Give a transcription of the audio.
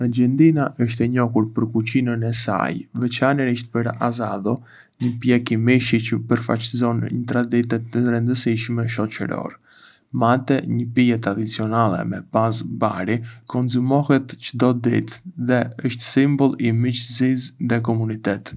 Argjentina është e njohur për kuzhinën e saj, veçanërisht për asado, një pjekje mishi çë përfaçëson një traditë të rëndësishme shoçërore. Mate, një pije tradicionale me bazë bari, konsumohet çdo ditë dhe është simbol i miçësisë dhe komunitetit.